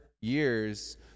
years